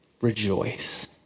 rejoice